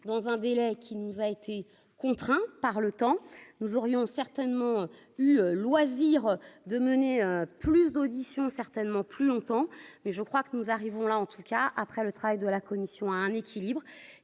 dans un délai qui nous a été contraint par le temps, nous aurions certainement eu loisir de mener plus d'audition certainement plus longtemps, mais je crois que nous arriverons là en tout cas après le travail de la commission a un équilibre